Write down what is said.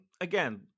again